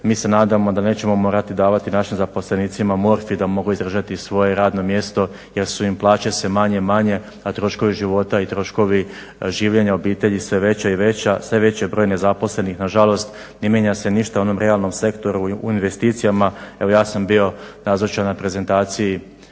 Mi se nadamo da nećemo morati davati našim zaposlenicima morfij da mogu izdržati svoje radno mjesto, jer su im plaće sve manje i manje, a troškovi života i troškovi življenja obitelji sve veća i veća. Sve veći je broj nezaposlenih na žalost. Ne mijenja se ništa u onom realnom sektoru, u investicijama. Evo ja sam bio nazočan na prezentaciji